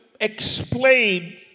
explain